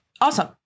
Awesome